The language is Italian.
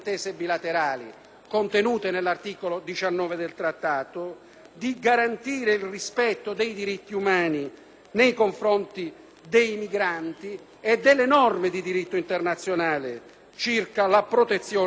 nei confronti dei migranti e delle norme di diritto internazionale circa la protezione dei rifugiati. Dunque, noi voteremo a favore di questo Trattato. Un rinvio - vedete